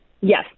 Yes